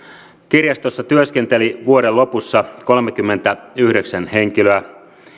kirjastossa työskenteli vuoden lopussa kolmekymmentäyhdeksän henkilöä